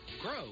grow